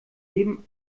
jedem